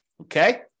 Okay